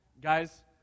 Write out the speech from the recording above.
Guys